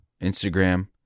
Instagram